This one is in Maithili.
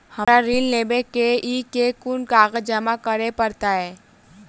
हमरा ऋण लेबै केँ अई केँ कुन कागज जमा करे पड़तै?